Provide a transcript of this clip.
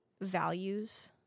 values